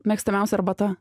mėgstamiausia arbata